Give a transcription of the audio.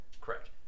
correct